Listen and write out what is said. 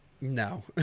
No